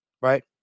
Right